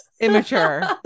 immature